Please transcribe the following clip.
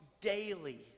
daily